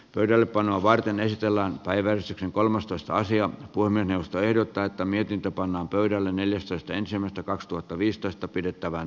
pöydällepanoa varten esitellään päivä sitten kolmastoista sija voimien johto ehdottaa että mietintö pannaan pöydälle neljästoista ensimmäistä kaksituhattaviisitoista pidettävään